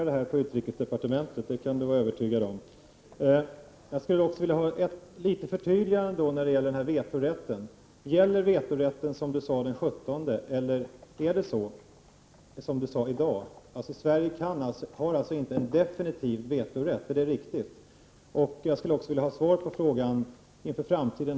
Det är naturligt att många av dem som av politiska skäl flydde från Turkiet efter militärernas maktövertagande önskar återvända till sitt hemland. Bland dessa finns bl.a. Ekre M Aydin, Nurettin Yalcin och Nuretfin Bediz. De har länge varit bosatta i Sverige, men avser att den 10 december 1988 avresa till Turkiet.